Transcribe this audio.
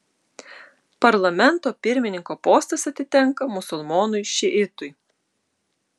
parlamento pirmininko postas atitenka musulmonui šiitui